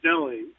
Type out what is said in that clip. deli